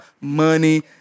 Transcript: Money